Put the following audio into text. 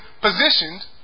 positioned